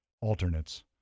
alternates